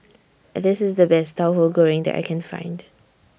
This IS The Best Tauhu Goreng that I Can Find